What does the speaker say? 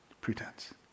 pretense